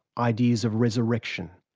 ideas of resurrection,